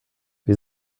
wir